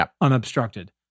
unobstructed